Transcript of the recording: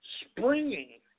springing